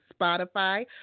Spotify